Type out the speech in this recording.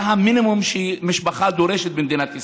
זה המינימום שמשפחה דורשת במדינת ישראל.